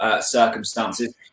circumstances